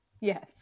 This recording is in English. yes